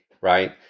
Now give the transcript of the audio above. right